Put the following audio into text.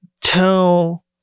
tell